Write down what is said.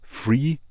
free